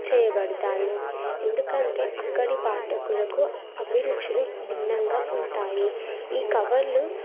చేయబడతాయి ఎందుకంటే అక్కడి పాఠకులకు అభిరుచులు భిన్నంగా ఉంటాయి ఈ కవర్లు